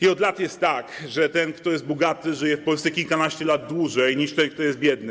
I od lat jest tak, że ten, kto jest bogaty, żyje w Polsce kilkanaście lat dłużej niż ten, który jest biedny.